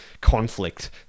conflict